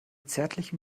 zärtlichen